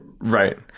Right